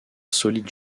solide